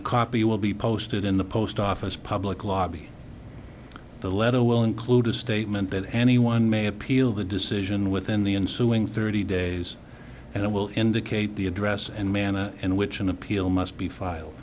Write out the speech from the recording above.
a copy will be posted in the post office public lobby the letter will include a statement that anyone may appeal the decision within the ensuing thirty days and it will indicate the address and manner in which an appeal must be file